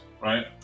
right